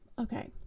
Okay